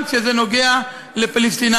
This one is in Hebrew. גם כשזה נוגע לפלסטינים,